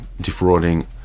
defrauding